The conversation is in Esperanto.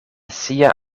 sia